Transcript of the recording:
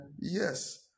Yes